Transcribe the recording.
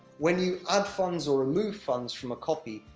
when you add funds, or remove funds from a copy,